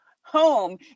home